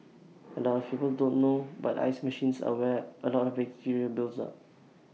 A lot of people don't know but ice machines are where A lot of bacteria builds up